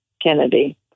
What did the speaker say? Kennedy